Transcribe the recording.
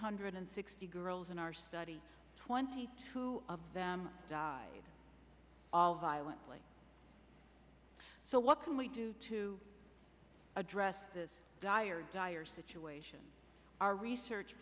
hundred and sixty girls in our study twenty two of them died all violently so what can we do to address this dire dire situation our research